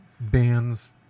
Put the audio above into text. Bands